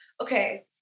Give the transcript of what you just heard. Okay